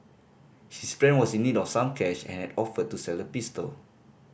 his friend was in need of some cash and had offered to sell the pistol